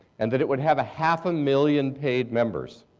and that it would have half a million paid members,